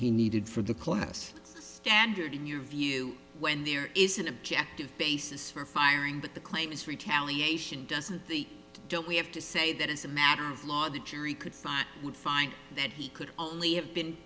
he needed for the class standard in your view when there is an objective basis for firing but the claim is retaliation doesn't the don't we have to say that is a matter of law the jury could find would find that he could only have been